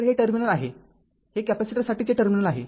तरहे टर्मिनल आहे हे कॅपेसिटर साठीचे टर्मिनल आहे